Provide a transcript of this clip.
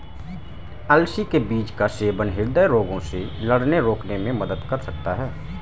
अलसी के बीज का सेवन हृदय रोगों से लड़ने रोकने में मदद कर सकता है